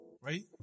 right